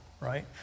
right